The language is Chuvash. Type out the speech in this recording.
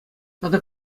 тата